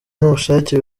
n’ubushake